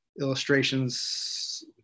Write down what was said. illustrations